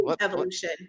Evolution